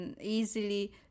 easily